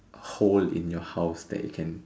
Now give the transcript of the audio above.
a hole in your house that it can